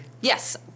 Yes